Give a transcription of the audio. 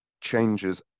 changes